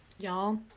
Y'all